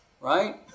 right